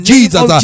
Jesus